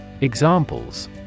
Examples